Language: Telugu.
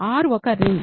R ఒక రింగ్